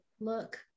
look